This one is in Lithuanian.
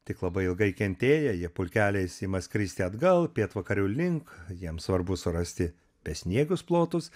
tik labai ilgai kentėję jie pulkeliais ima skristi atgal pietvakarių link jiems svarbu surasti besniegius plotus